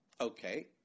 Okay